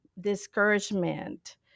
discouragement